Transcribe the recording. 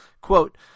quote